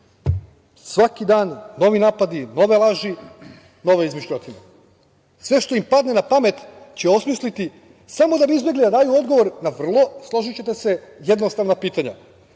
Svaki dan novi napadi, nove laži, nove izmišljotine, sve što im padne na pamet će osmisliti samo da bi izbegli da daju odgovor na vrlo, složićete se, jednostavna pitanja